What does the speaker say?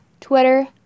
Twitter